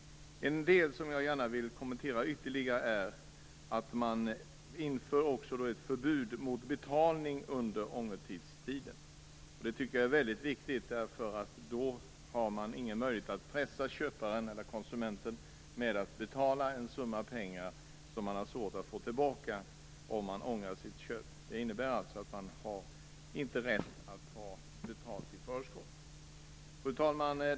En del som jag gärna vill kommentera ytterligare är att man också inför ett förbud mot betalning under ångerfristen. Jag tycker att det är väldigt viktigt. Då har man ingen möjlighet att pressa konsumenten till att betala en summa pengar som det är svårt att få tillbaka om köpet ångras. Det innebär alltså att man inte har rätt att ta betalt i förskott. Fru talman!